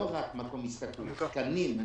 לא רק מקום הסתכלות, תקנים.